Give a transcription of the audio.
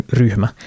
ryhmä